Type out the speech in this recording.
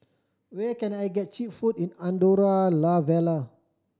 where can I get cheap food in Andorra La Vella